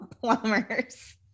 plumbers